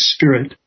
Spirit